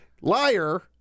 Liar